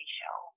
show